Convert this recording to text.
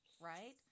Right